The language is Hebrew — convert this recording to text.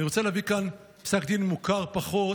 אני רוצה להביא לכאן פסק דין מוכר פחות,